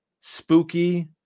spooky